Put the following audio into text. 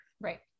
Right